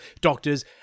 doctors